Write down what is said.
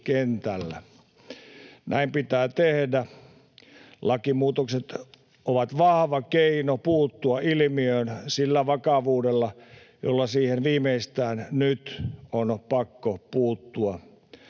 Näin pitää tehdä. Lakimuutokset ovat vahva keino puuttua ilmiöön sillä vakavuudella, jolla siihen viimeistään nyt on pakko puuttua.